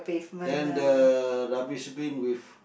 then the rubbish bin with